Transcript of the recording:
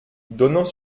donnant